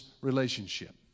relationship